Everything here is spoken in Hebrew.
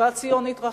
שיבת ציון התרחשה,